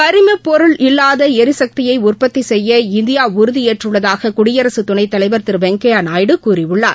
கரிம பொருள் இல்லாத எரிசக்தியை உற்பத்தி செய்ய இந்தியா உறுதி ஏற்றுள்ளதாக குடியரகத் துணைத் தலைவர் திரு வெங்கய்யா நாயுடு கூறியுள்ளார்